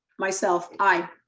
myself, i,